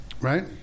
Right